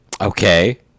Okay